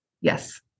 Yes